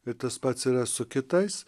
bet tas pats yra su kitais